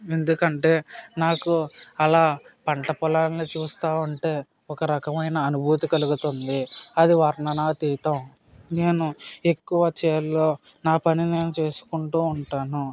ఎందుకంటే నాకు అలా పంట పొలాన్ని చూస్తూ ఉంటే ఒక రకమైన అనుభూతి కలుగుతుంది అది వర్ణనాతీతం నేను ఎక్కువ చేనులో నా పని నేను చేసుకుంటూ ఉంటాను